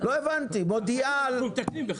יש את זמני ההמתנה בתור, יש את טיב השירות.